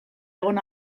egon